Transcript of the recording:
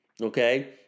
Okay